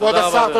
כבוד השר.